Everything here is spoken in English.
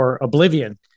Oblivion